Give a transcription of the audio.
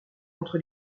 entre